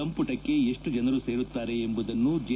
ಸಂಪುಟಕ್ಕೆ ಎಷ್ಟು ಜನರು ಸೇರುತ್ತಾರೆ ಎಂಬುದನ್ನು ಜೆ